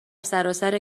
سراسر